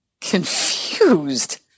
Confused